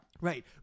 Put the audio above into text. Right